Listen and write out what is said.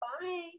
Bye